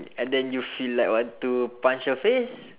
and then you feel like want to punch her face